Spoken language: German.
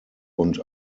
und